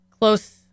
close